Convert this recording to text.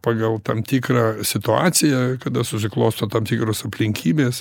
pagal tam tikrą situaciją kada susiklosto tam tikros aplinkybės